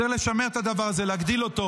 צריך לשמר את הדבר הזה, להגדיל אותו